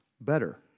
better